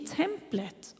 templet